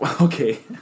Okay